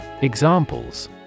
Examples